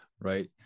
right